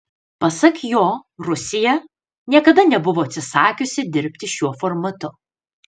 pasak jo rusija niekada nebuvo atsisakiusi dirbti šiuo formatu